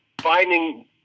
finding –